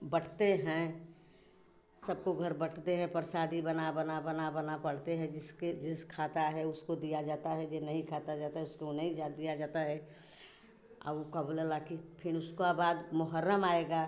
बाँटते हैं सबको घर बाँटते हैं प्रसादी बना बना बना बना पड़ते हैं जिसके जिस खाता है उसको दिया जाता है जे नहीं खाता जाता है उसको नहीं दिया जाता है अउ का बोला ला कि फिर उसका बाद मुहर्रम आएगा